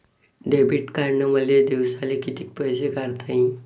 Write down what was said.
Debit कार्डनं मले दिवसाले कितीक पैसे काढता येईन?